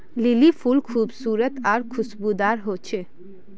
lily फुल खूबसूरत आर खुशबूदार होचे